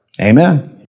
Amen